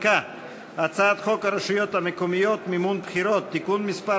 הצעת חוק הרשויות המקומיות (מימון בחירות) (תיקון מס'